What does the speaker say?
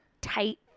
tight